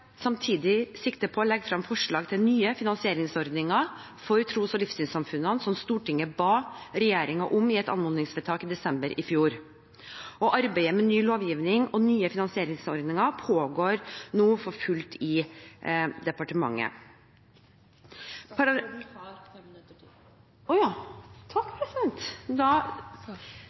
samtidig sikte på å legge frem forslag til nye finansieringsordninger for tros- og livssynssamfunnene, som Stortinget ba regjeringen om i et anmodningsvedtak i desember i fjor. Arbeidet med ny lovgivning og nye finansieringsordninger pågår nå for fullt i departementet.